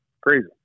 Crazy